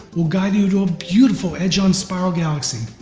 we'll guide you to a beautiful edge on spiral galaxy,